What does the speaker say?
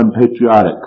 unpatriotic